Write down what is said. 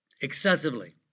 excessively